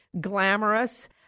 glamorous